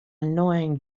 annoying